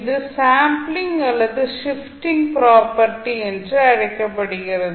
இது ஸேம்ப்ளிங் அல்லது shifting property என அழைக்கப்படுகிறது